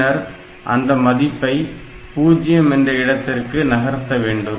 பின்னர் அந்த மதிப்பை 0 என்ற இடத்திற்கு நகர்த்த வேண்டும்